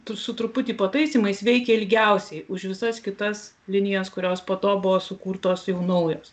tu su truputį pataisymais veikė ilgiausiai už visas kitas linijas kurios po to buvo sukurtos jau naujos